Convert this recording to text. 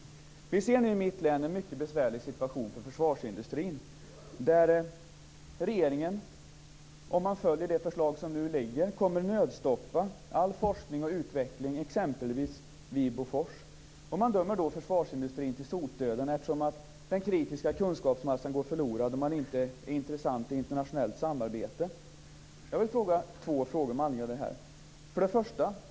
Vi ser nu i mitt län en mycket besvärlig situation för försvarsindustrin. Regeringen, om man följer det förslag som nu föreligger, kommer att nödstoppa all forskning och utveckling, exempelvis vid Bofors. Man dömer då försvarsindustrin till sotdöden eftersom den kritiska kunskapsmassan går förlorad om man inte är intressant i internationellt samarbete. 1.